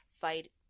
fight –